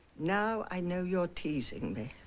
now i know you're teasing me.